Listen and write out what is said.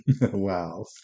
Wow